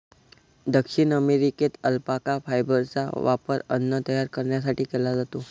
दक्षिण अमेरिकेत अल्पाका फायबरचा वापर अन्न तयार करण्यासाठी केला जातो